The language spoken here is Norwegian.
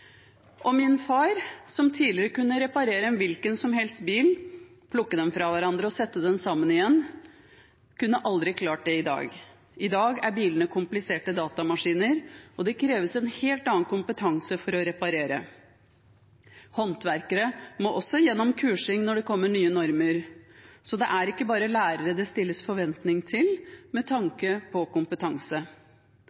seg? Min far, som tidligere kunne reparere en hvilken som helst bil, plukke den fra hverandre og sette den sammen igjen, kunne aldri klart det i dag. I dag er bilene kompliserte datamaskiner, og det kreves en helt annen kompetanse for å reparere. Håndverkere må også gjennom kursing når det kommer nye normer. – Så det er ikke bare lærere det stilles forventning til med